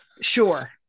Sure